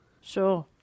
Sure